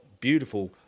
beautiful